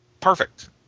Perfect